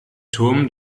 turm